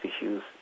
issues